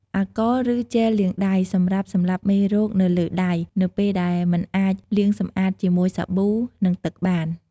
អាល់កុល ឬជែលលាងដៃ សម្រាប់ សម្លាប់មេរោគ នៅលើដៃនៅពេលដែលមិនអាចលាងសម្អាតជាមួយសាប៊ូ និងទឹកបាន។